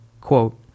quote